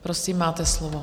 Prosím, máte slovo.